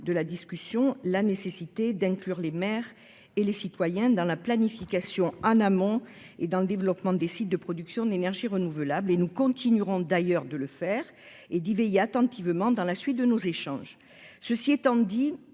de la discussion, la nécessité d'inclure les maires et les citoyens dans la planification en amont et dans le développement des sites de production d'énergies renouvelables. Nous continuerons d'ailleurs de le faire et d'y veiller attentivement dans la suite de nos échanges. Cela étant dit,